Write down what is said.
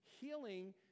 healing